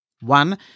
One